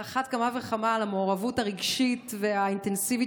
על אחת כמה וכמה עם המעורבות הרגשית והאינטנסיבית